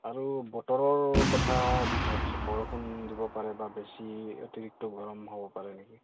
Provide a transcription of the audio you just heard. আৰু বতৰৰ কথা কি ভাবিছে বৰষুণ দিব পাৰে বা বেছি অতিৰিক্ত গৰম হ'ব পাৰে